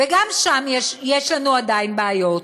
וגם שם יש לנו עדיין בעיות.